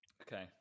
Okay